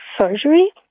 surgery